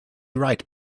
right